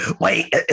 Wait